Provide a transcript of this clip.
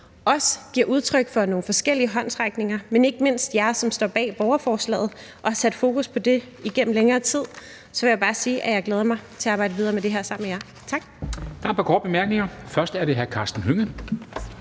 også giver udtryk for nogle forskellige håndsrækninger, men ikke mindst til jer, som står bag borgerforslaget og har sat fokus på det her igennem længere tid, vil jeg bare sige, at jeg glæder mig til at arbejde videre med det sammen med jer. Tak.